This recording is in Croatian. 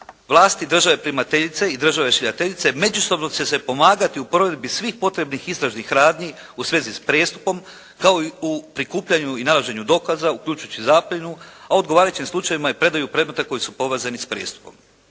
"vlasti države primateljice i države šiljateljice međusobno će se pomagati u provedbi svih potrebnih istražnih radnji u svezi s prijestupom kao i u prikupljanju i nalaženju dokaza uključujući zapljenu, a u odgovarajućem slučajevima i predaju predmeta koji su povezani s prijestupom."